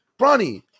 Bronny